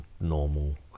normal